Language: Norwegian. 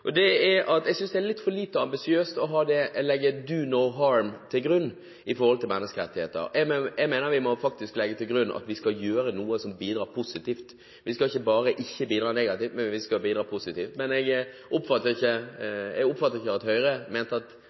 Jeg synes det er litt for lite ambisiøst å legge «do no harm» til grunn når det gjelder menneskerettigheter. Jeg mener vi faktisk må legge til grunn at vi skal gjøre noe som bidrar positivt. Vi skal ikke bare ikke bidra negativt, vi skal bidra positivt. Jeg oppfattet ikke at Høyre mente at de ikke er enig i det, men jeg synes ikke at